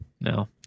No